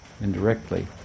indirectly